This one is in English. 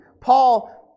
Paul